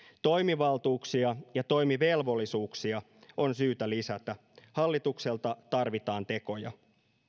toimivaltuuksia ja toimivelvollisuuksia on syytä lisätä hallitukselta tarvitaan tekoja